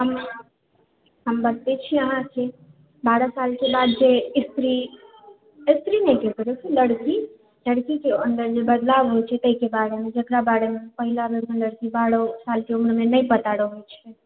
हम हम बतबै छी अहाँके बारहसालके बाद जे स्त्री स्त्री नहि कहि सकै छी लड़की लड़कीके अन्दरजे बदलाव होइ छै तहिके बारेमे तेकरा बारेमे पहिलाबेरमे बारहसालके उम्रमे नहि पता रहै छै